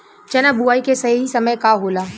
चना बुआई के सही समय का होला?